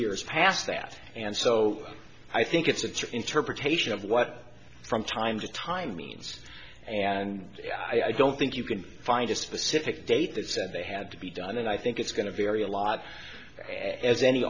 years past that and so i think it's an interpretation of what from time to time means and i don't think you can find a specific date that said they had to be done and i think it's going to vary a lot as any